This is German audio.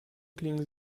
klingen